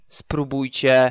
spróbujcie